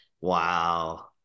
Wow